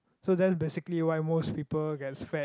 so that's basically why most people gets fat